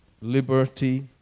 liberty